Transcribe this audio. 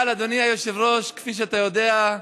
אבל, אדוני היושב-ראש, שכפי שאתה יודע,